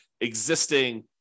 existing